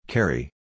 Carry